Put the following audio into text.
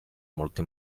molto